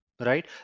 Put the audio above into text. Right